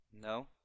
No